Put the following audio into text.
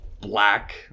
black